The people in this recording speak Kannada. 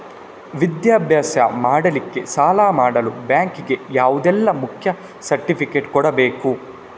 ವಿದ್ಯಾಭ್ಯಾಸ ಮಾಡ್ಲಿಕ್ಕೆ ಸಾಲ ಮಾಡಲು ಬ್ಯಾಂಕ್ ಗೆ ಯಾವುದೆಲ್ಲ ಮುಖ್ಯ ಸರ್ಟಿಫಿಕೇಟ್ ಕೊಡ್ಬೇಕು?